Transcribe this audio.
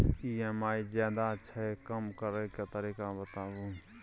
EMI ज्यादा छै कम करै के तरीका बताबू?